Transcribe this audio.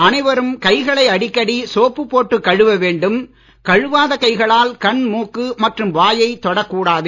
அனைவரும் கைகளை அடிக்கடி சோப்பு போட்டு கழுவ வேண்டும் கழுவாத கைகளால் கண் மூக்கு மற்றும் வாயை தொடக் கூடாது